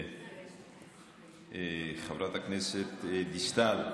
חברת הכנסת דיסטל,